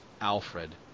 alfred